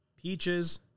peaches